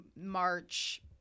March